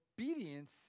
obedience